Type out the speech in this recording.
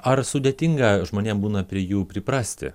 ar sudėtinga žmonėm būna prie jų priprasti